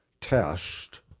test